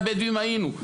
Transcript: היינו.